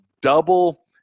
double